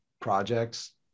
projects